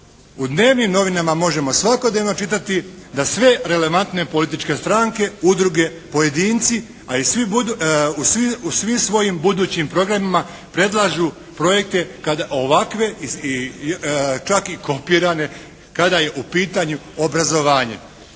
u dnevnim novinama možemo svakodnevno čitati da sve relevantne političke stranke, udruge, pojedinci u svim svojim budućim programima predlažu projekte kada ovakve čak i kopirane kada je u pitanju obrazovanje.